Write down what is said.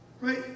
right